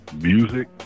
music